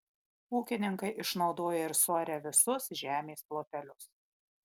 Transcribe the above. ūkininkai išnaudoja ir suaria visus žemės plotelius